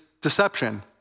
deception